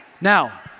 Now